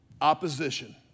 opposition